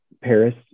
Paris